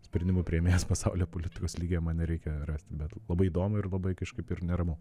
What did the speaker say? sprendimų priėmėjas pasaulio politikos lygio man nereikia rasti bet labai įdomu ir labai kažkaip ir neramu